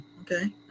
Okay